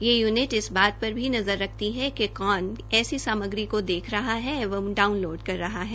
ये यूनिट इस बात पर भी नज़र रखती है कि कौन ऐसी सामग्री को देख रहा है एवं डाउनलोड कर रहा है